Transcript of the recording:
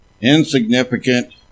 insignificant